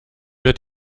wird